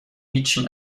هیچی